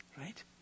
right